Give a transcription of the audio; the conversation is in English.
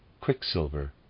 quicksilver